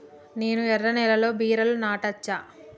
నేను ఎర్ర నేలలో బీరలు నాటచ్చా?